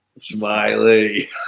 Smiley